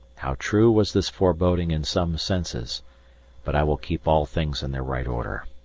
how true was this foreboding in some senses but i will keep all things in their right order.